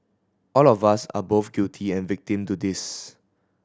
all of us are both guilty and victim to this